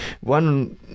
one